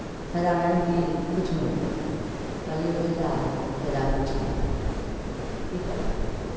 फायदा यानि कि किछो नहि भेलै कहलियै फायदा हेतै फायदा किछु नहि भेलै की करबै